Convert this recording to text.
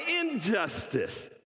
injustice